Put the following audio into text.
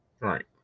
right